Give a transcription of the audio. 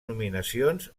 nominacions